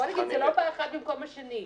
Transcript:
זה לא בא אחד במקום השני.